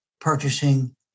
purchasing